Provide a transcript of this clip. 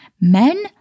Men